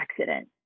accident